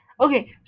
Okay